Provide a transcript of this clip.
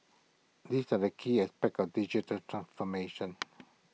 these are the key aspects of digital transformation